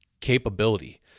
Capability